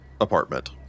apartment